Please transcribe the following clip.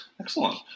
Excellent